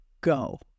go